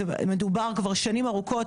זה מדובר כבר שנים ארוכות,